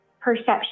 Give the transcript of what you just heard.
perception